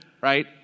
right